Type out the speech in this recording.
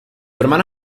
hermano